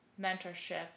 mentorship